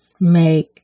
make